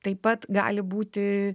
taip pat gali būti